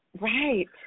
Right